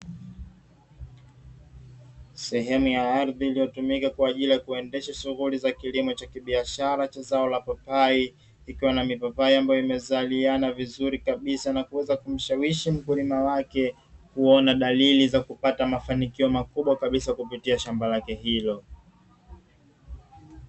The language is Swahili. Sehemu ya ardhi iliotumika kwa ajili ya kuendesha shughuli za kilimo cha kibiashara cha zao la papai, ikiwa na mipapai ambayo imezaliana vizuri kabisa na kuweza kumshawishi mkulima wake kuona dalili za kupata mafaniko makubwa kabisa kupitia shamba lake hilo.